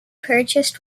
purchased